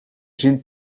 zin